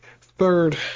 third